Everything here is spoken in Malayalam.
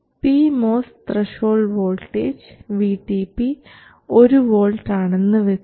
P MOS threshold voltage VTP ഒരു വോൾട് ആണെന്ന് വെക്കുക